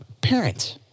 parents